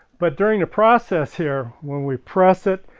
but during the process here, when we press it,